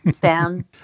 fan